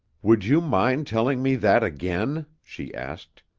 would you mind telling me that again? she asked.